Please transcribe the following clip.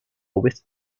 with